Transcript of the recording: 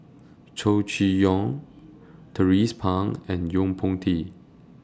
Chow Chee Yong Tracie Pang and Yo Po Tee